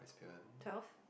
twelve